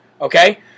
Okay